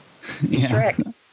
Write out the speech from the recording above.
Shrek